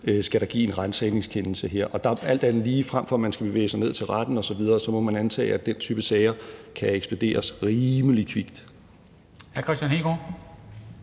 skal gives en ransagningskendelse. Og alt andet lige, og frem for at man skal bevæge sig ned til retten osv., så må man antage, at den type sager kan ekspederes rimelig kvikt.